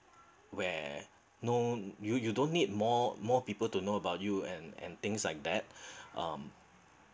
where known you you don't need more more people to know about you and and things like that um